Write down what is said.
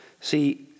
See